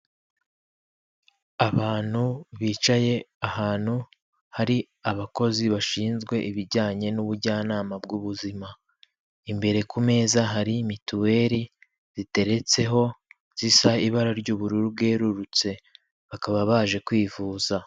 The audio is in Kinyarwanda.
Abantu bicaye ahantu hari abakozi bashinzwe ibijyanye n'ubujyanama bw'ubuzima. Imbere ku meza hari mituweri ziteretseho zisa ibara ry'ubururu bwerurutse. Bakaba baje kwivuza.